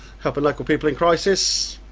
helping local people in crisis,